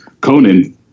Conan